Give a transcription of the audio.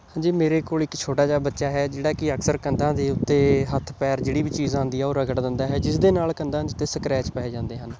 ਹਾਂਜੀ ਮੇਰੇ ਕੋਲ ਇੱਕ ਛੋਟਾ ਜਿਹਾ ਬੱਚਾ ਹੈ ਜਿਹੜਾ ਕਿ ਅਕਸਰ ਕੰਧਾਂ ਦੇ ਉੱਤੇ ਹੱਥ ਪੈਰ ਜਿਹੜੀ ਵੀ ਚੀਜ਼ ਆਉਂਦੀ ਆ ਉਹ ਰਗੜ ਦਿੰਦਾ ਹੈ ਜਿਸ ਦੇ ਨਾਲ ਕੰਧਾਂ ਚ 'ਤੇ ਸਕਰੈਚ ਪੈ ਜਾਂਦੇ ਹਨ